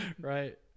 right